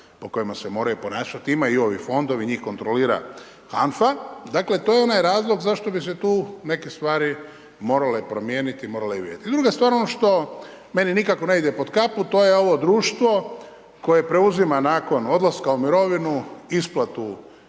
po kojima se moraju ponašati. Imaju i ovi fondovi, njih kontrolira HANFA. Dakle, to je onaj razlog zašto bi se tu neke stvari morale promijeniti, morale .../Govornik se ne razumije./... Druga stvar, ono što meni nikako ne ide pod kapu, to je ovo društvo koje preuzima nakon odlaska u mirovinu isplatu